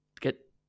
get –